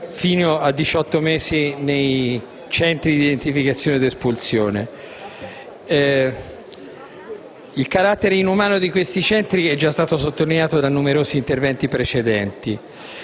fino a 18 mesi nei centri di identificazione ed espulsione. Il carattere inumano di tali centri è già stato sottolineato da numerosi interventi precedenti.